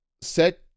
set